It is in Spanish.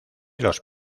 los